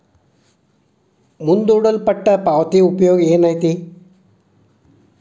ಮುಂದೂಡಲ್ಪಟ್ಟ ಪಾವತಿಯ ಉಪಯೋಗ ಏನೈತಿ